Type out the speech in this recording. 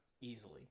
easily